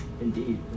Indeed